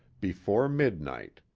before midnight.